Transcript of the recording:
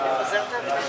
זכות ההפגנה